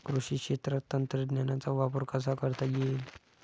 कृषी क्षेत्रात तंत्रज्ञानाचा वापर कसा करता येईल?